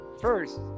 first